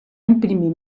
imprimir